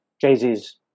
Jay-Z's